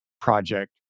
project